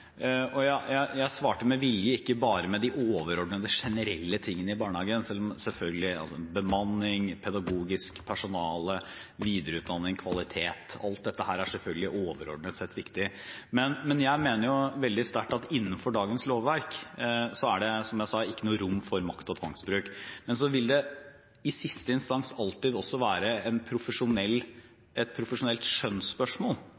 Jeg svarte med vilje ikke bare om de overordnede, generelle tingene i barnehagen, selv om bemanning, pedagogisk personale, videreutdanning, kvalitet – alt dette – overordnet sett selvfølgelig er viktig. Jeg mener veldig sterkt at innenfor dagens lovverk er det, som jeg sa, ikke noe rom for makt- og tvangsbruk. Men i siste instans vil det i stor grad være et profesjonelt skjønnsspørsmål når man kommer opp i vanskelige situasjoner og gråsonesituasjoner, og det vil være